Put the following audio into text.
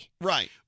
Right